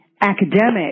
academic